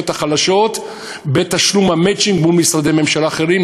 החלשות בתשלום המצ'ינג מול משרדי ממשלה אחרים,